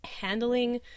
handling